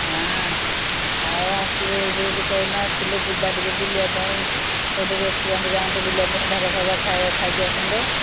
ହଁ ଆଉ ଆସିବେ ଏବେ ଯଦି କୋଉନ ଆସିଲେ ଯିବା ଟିକେ ବୁଲିବା ପାଇଁ ଗୋଟେ ରେଷ୍ଟୁରାଣ୍ଟ ଯାଆନ୍ତେ ବୁଲିବା ପାଇଁ ଢାବା ଫାବା ଖାଇ ଖାଇକି ଆସନ୍ତେ